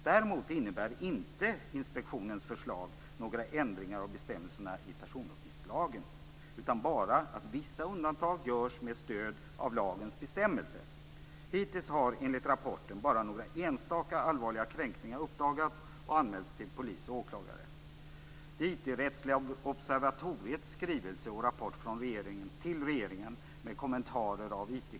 Däremot innebär inte inspektionens förslag några ändringar av bestämmelserna i personuppgiftslagen, bara att vissa undantag görs med stöd av lagens bestämmelser. Hittills har, enligt rapporten, bara några enstaka allvarliga kränkningar uppdagats och anmälts till polis och åklagare.